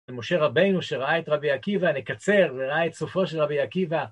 משה רבינו שראה את רבי עקיבא, נקצר וראה את סופו של רבי עקיבא.